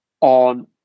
on